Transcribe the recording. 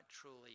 truly